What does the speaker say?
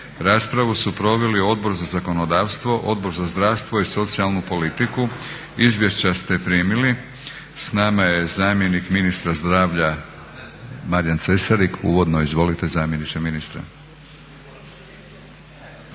Raspravu su proveli Odbor za zakonodavstvo, Odbor za zdravstvo i socijalnu politiku. Izvješća ste primili. S nama je zamjenik ministra zdravlja Marijan Cesarik. Uvodno izvolite zamjeniče ministra.